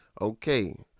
okay